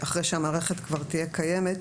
אחרי שהמערכת כבר תהיה קיימת,